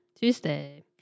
Tuesday